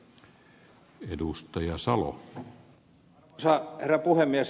arvoisa herra puhemies